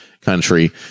country